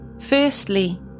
Firstly